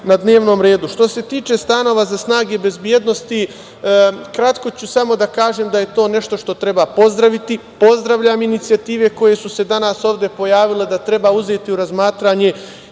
na dnevnom redu. Što se tiče stanova za snage bezbednosti, kratko ću samo da kažem da je to nešto što treba pozdraviti. Pozdravljam inicijative koje su se danas ovde pojavile da treba uzeti u razmatranje,